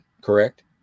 correct